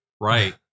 Right